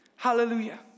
Hallelujah